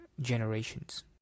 Generations